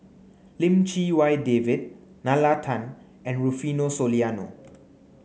Lim Chee Wai David Nalla Tan and Rufino Soliano